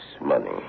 money